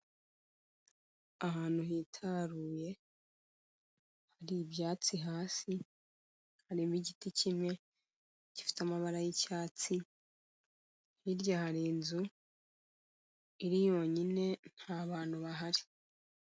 Ahantu hitaruye hari ibyatsi hasi, harimo igiti kimwe gifite amabara y'icyatsi, hirya hari inzu iri yonyine, nta bantu bahari.